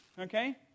Okay